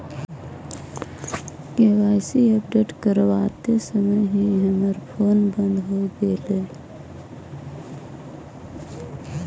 KYC update करवाते समय ही हमर फोन बंद हो गेलई